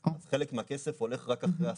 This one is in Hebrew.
אז חלק מהכסף הולך רק אחרי השמה.